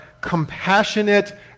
compassionate